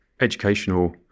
educational